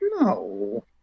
No